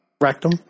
Rectum